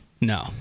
no